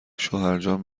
شوهرجان